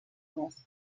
més